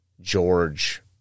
George